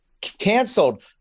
canceled